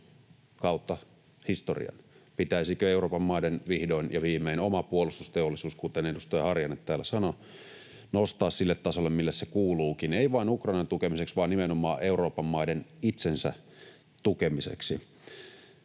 kautta historian. Pitäisikö Euroopan maiden vihdoin ja viimein oma puolustusteollisuus, kuten edustaja Harjanne täällä sanoi, nostaa sille tasolle, mille se kuuluukin — ei vain Ukrainan tukemiseksi vaan nimenomaan Euroopan maiden itsensä tukemiseksi?